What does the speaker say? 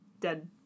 dead